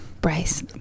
Bryce